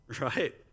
right